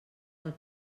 del